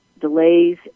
delays